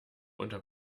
unter